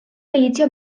beidio